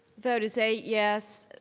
vote is eight yes,